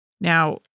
Now